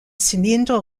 cylindre